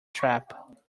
trap